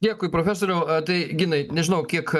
dėkui profesoriau tai ginai nežinau kiek